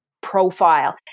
profile